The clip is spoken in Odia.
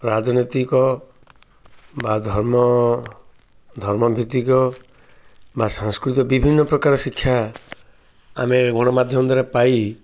ରାଜନୈତିକ ବା ଧର୍ମ ଧର୍ମ ଭିତ୍ତିକ ବା ସାଂସ୍କୃତିକ ବିଭିନ୍ନ ପ୍ରକାର ଶିକ୍ଷା ଆମେ ଗଣମାଧ୍ୟମ ଦ୍ଵାରା ପାଇ